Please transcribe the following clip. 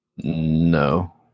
No